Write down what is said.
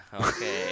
okay